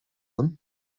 them